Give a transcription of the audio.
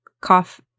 cough